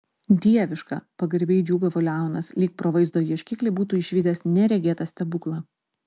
dieviška pagarbiai džiūgavo leonas lyg pro vaizdo ieškiklį būtų išvydęs neregėtą stebuklą